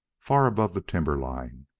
far above the timber-line,